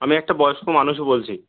আমি একটা বয়স্ক মানুষ বলছি